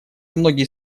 многие